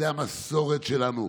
זה המסורת שלנו,